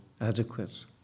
adequate